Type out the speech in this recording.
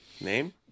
name